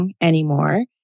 anymore